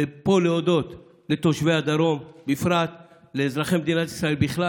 ופה להודות לתושבי הדרום בפרט ולאזרחי מדינת ישראל בכלל,